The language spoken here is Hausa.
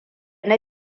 na